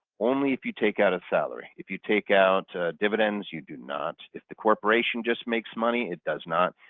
only if you take out a salary. if you take out dividends, you do not. if the corporation just makes money, it does not.